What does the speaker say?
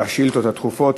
השאילתות הדחופות.